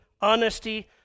honesty